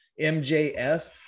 MJF